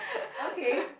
okay